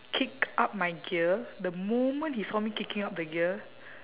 kicked up my gear the moment he saw me kicking up the gear